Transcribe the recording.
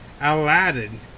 Aladdin